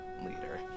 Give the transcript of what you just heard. leader